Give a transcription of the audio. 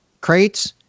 crates